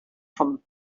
from